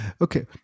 Okay